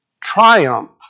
triumph